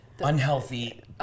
Unhealthy